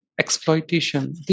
exploitation